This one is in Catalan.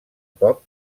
cop